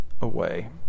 away